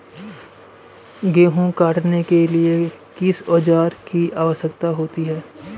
गेहूँ काटने के लिए किस औजार की आवश्यकता होती है?